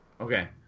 Okay